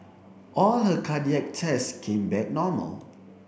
all her cardiac tests came back normal